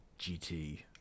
GT